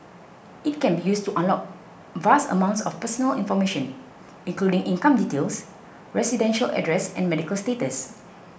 it can be used to unlock vast amounts of personal information including income details residential address and medical status